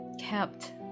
kept